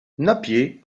napier